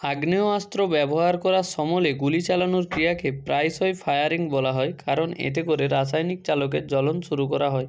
আগ্নেয়াস্ত্র ব্যবহার করার সমলে গুলি চালানোর ক্রিয়াকে প্রায়শই ফায়ারিং বলা হয় কারণ এতে করে রাসায়নিক চালকের জ্বলন শুরু করা হয়